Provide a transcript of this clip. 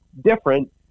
different